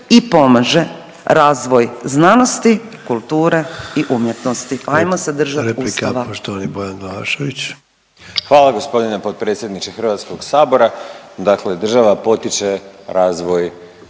i pomaže razvoj znanosti, kulture i umjetnosti,